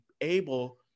able